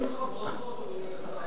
מגיעות לך ברכות, אדוני השר.